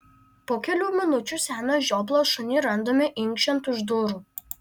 po kelių minučių seną žioplą šunį randame inkščiant už durų